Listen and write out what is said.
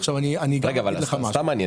סתם מעניין.